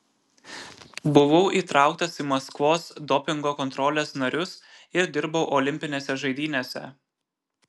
buvau įtrauktas į maskvos dopingo kontrolės narius ir dirbau olimpinėse žaidynėse